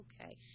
okay